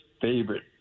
favorite